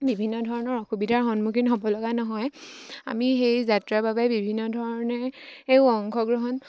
বিভিন্ন ধৰণৰ অসুবিধাৰ সন্মুখীন হ'ব লগা নহয় আমি সেই যাত্ৰাৰ বাবে বিভিন্ন ধৰণেও অংশগ্ৰহণ